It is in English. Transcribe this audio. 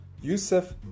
Youssef